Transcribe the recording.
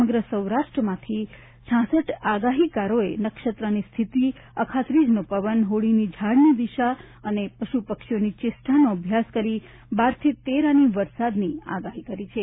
સમગ્ર સૌરાષ્ટ્રમાંથી હૃ આગાહીકારોએ નક્ષત્રની સ્થિતિ અખાત્રીજનો પવન હોળીની ઝાળની દિશા અને પશુ પક્ષીઓની ચેષ્ટાનો અભ્યાસ કરીને બારથી તેર આની વરસાદની આગાહી કરી છે